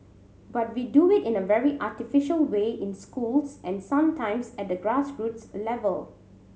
but we do it in a very artificial way in schools and sometimes at the grassroots level